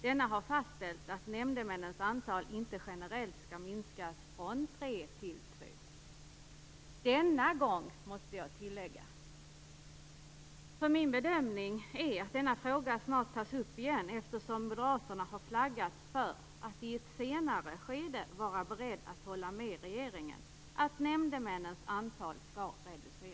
Denna har fastställt att nämndemännens antal inte generellt skall minskas från tre till två, denna gång, måste jag tillägga. Min bedömning är nämligen att denna fråga snart kommer att tas upp igen, eftersom Moderaterna har flaggat för att de i ett senare skede kan vara beredda att hålla med regeringen om att nämndemännens antal skall reduceras.